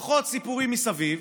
פחות סיפורים מסביב,